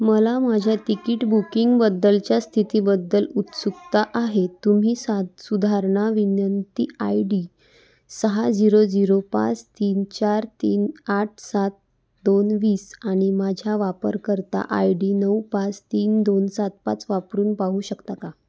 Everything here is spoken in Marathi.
मला माझ्या तिकीट बुकिंगबद्दलच्या स्थितीबद्दल उत्सुकता आहे तुम्ही सा सुधारणा विनंती आय डी सहा झिरो झिरो पाच तीन चार तीन आठ सात दोन वीस आणि माझ्या वापरकर्ता आय डी नऊ पाच तीन दोन सात पाच वापरून पाहू शकता का